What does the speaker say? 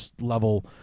level